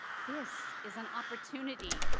this is an opportunity.